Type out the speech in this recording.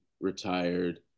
retired